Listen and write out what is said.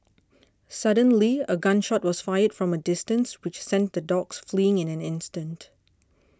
suddenly a gun shot was fired from a distance which sent the dogs fleeing in an instant